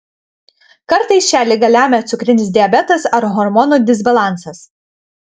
kartais šią ligą lemia cukrinis diabetas ar hormonų disbalansas